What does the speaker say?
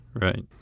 right